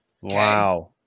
Wow